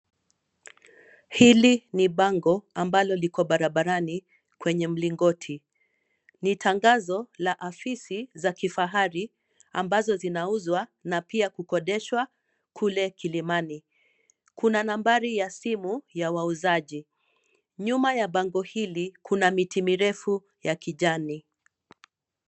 Hili ni bango ambalo liko barabarani kwenye mlingoti. Ni tangazo la afisi za kifahari ambazo zinauzwa na pia kukodeshwa kule Kilimani. Kuna nambari ya simu ya wauzaji. Nyuma ya bango hili kuna miti mirefu ya kijani.